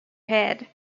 head